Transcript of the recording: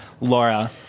Laura